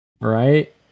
Right